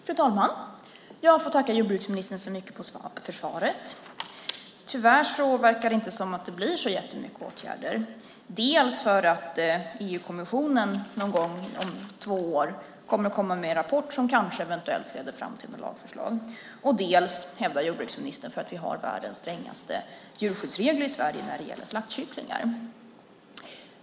Fru talman! Jag får tacka jordbruksministern så mycket för svaret. Tyvärr verkar det inte som att det blir så jättemycket åtgärder, dels för att EU-kommissionen någon gång om två år kommer att komma med en rapport som kanske leder fram till något lagförslag, dels, hävdar jordbruksministern, för att vi har världens strängaste djurskyddsregler i Sverige när det gäller slaktkycklingar.